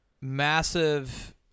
massive